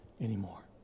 anymore